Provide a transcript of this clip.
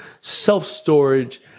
self-storage